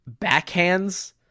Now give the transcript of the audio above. backhands